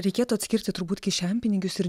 reikėtų atskirti turbūt kišenpinigius ir